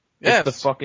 Yes